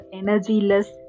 energyless